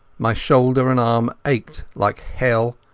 my shoulder and arm ached like hell,